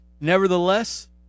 Nevertheless